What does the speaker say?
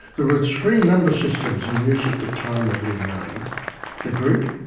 there were three number systems in use at the time of leonardo the greek,